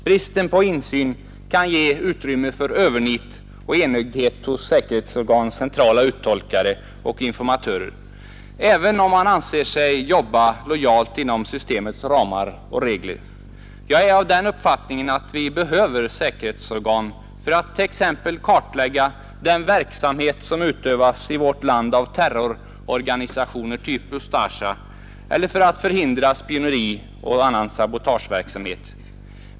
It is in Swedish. Bristen på insyn kan ge utrymme för övernit och enögdhet hos säkerhetsorganens centrala uttolkare och informatörer, även om man anser sig arbeta lojalt inom systemets ramar och regler. Jag är av den uppfattningen att vi behöver säkerhetsorgan för att t.ex. kartlägga den verksamhet som bedrives i vårt land av terrororganisationer av typen Ustasja eller för att förhindra spioneri och annan sabotageverksamhet.